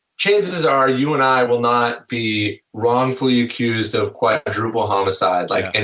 chances are you and i will not be wrongfully accused of quadruple homicide like and